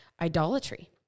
idolatry